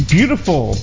Beautiful